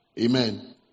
Amen